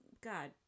God